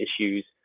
issues